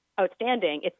outstanding